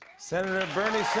senator bernie